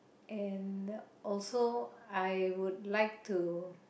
and also I would like to